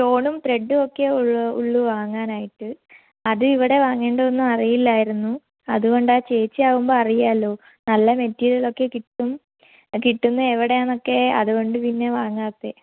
സ്റ്റോണും ത്രെഡുമൊക്കെ ഉള്ളു ഉള്ളു വാങ്ങാനായിട്ട് അത് ഇവിടെ വാങ്ങേണ്ടത് ഒന്നു മറിയില്ലായിരുന്നു അതുകൊണ്ട് ചേച്ചി ആകുമ്പോൾ അറിയാലോ നല്ല മെറ്റീരിയലൊക്കെ കിട്ടും കിട്ടുംന്നെ എവിടെയാണെന്നൊക്കെ അതുകൊണ്ട് പിന്നെ വാങ്ങാത്തെ